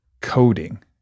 coding